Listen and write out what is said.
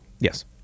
Yes